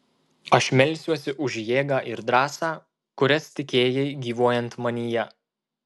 aš melsiuosi už jėgą ir drąsą kurias tikėjai gyvuojant manyje